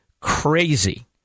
crazy